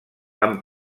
amb